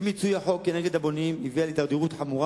אי-מיצוי החוק כנגד הבונים הביאה להידרדרות חמורה